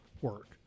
work